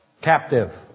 captive